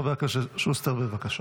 חבר הכנסת שוסטר, בבקשה.